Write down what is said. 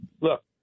Look